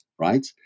right